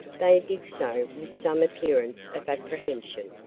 they did so with some appearance of apprehension,